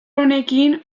honekin